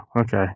okay